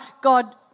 God